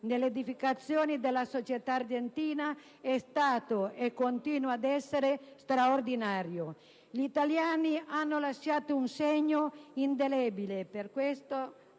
nell'edificazione della società argentina è stato e continua ad essere straordinario. Gli italiani hanno lasciato un segno indelebile in questo